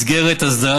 מסגרת הסדרה,